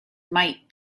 might